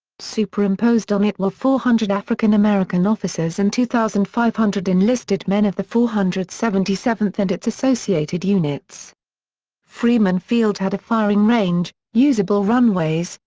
superimposed on it were four hundred african-american officers and two thousand five hundred enlisted men of the four hundred and seventy seventh and its associated units freeman field had a firing range, usable runways,